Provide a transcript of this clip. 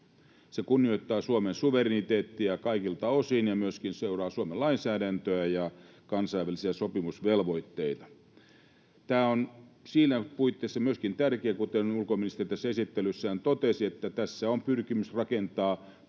Se kunnioittaa Suomen suvereniteettia kaikilta osin ja myöskin seuraa Suomen lainsäädäntöä ja kansainvälisiä sopimusvelvoitteita. Tämä on tärkeä myöskin siinä puitteissa, kuten ulkoministeri tässä esittelyssään totesi, että tässä on pyrkimys rakentaa Pohjolasta